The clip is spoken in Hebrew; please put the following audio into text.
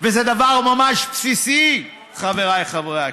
וזה דבר ממש בסיסי, חבריי חברי הכנסת.